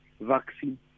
vaccine